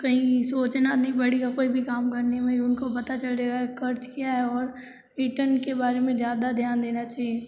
कहीं सोचना नहीं पड़ेगा कोई भी काम करने मैं उनको पता चल जाएगा क़र्ज़ क्या है और रिटर्न के बारे में ज़्यादा ध्यान देना चाहिए